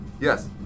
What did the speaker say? Yes